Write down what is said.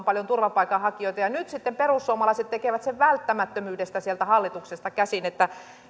paljon turvapaikanhakijoita ja nyt sitten perussuomalaiset tekevät sen välttämättömyydestä sieltä hallituksesta käsin että